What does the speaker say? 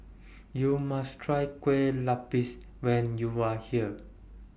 YOU must Try Kueh Lupis when YOU Are here